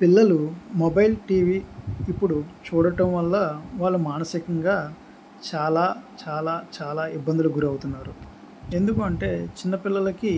పిల్లలు mobile T V ఇప్పుడు చూడటం వల్ల వాళ్ళు మానసికంగా చాలా చాలా చాలా ఇబ్బందులకు గురవుతున్నారు ఎందుకు అంటే చిన్నపిల్లలకి